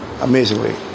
amazingly